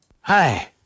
Hi